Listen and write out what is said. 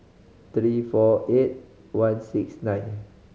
three four eight one six nine